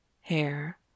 hair